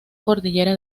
cordillera